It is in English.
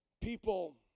people